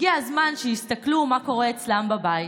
הגיע הזמן שיסתכלו מה קורה אצלם בבית.